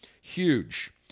huge